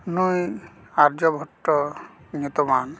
ᱱᱩᱭ ᱟᱨᱡᱚ ᱵᱷᱚᱴᱴᱚ ᱧᱩᱛᱩᱢᱟᱱ